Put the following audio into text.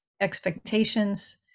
expectations